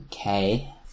Okay